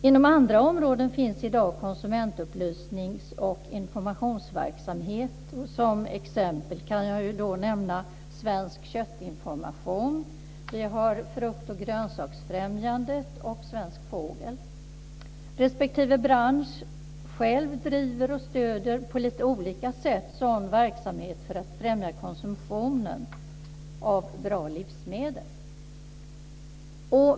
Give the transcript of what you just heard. Inom andra områden finns i dag konsumentupplysnings och informationsverksamhet. Som exempel kan jag nämna Svensk Köttinformation, Frukt och Grönt Främjandet och Svensk Fågel. Respektive bransch driver och stöder på lite olika sätt sådan verksamhet för att främja konsumtionen av bra livsmedel.